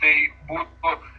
tai būtų